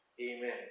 Amen